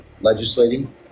legislating